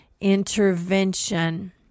intervention